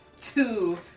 two